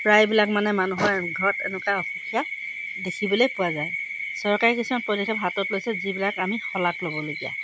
প্ৰায়বিলাক মানে মানুহৰ ঘৰত এনেকুৱা অসুবিধা দেখিবলৈ পোৱা যায় চৰকাৰী কিছুমান পদক্ষেপ হাতত লৈছে যিবিলাক আমি সলাগ ল'বলগীয়া